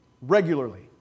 regularly